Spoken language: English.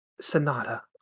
Sonata